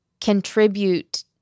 contribute